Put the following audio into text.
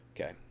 Okay